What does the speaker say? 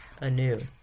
anew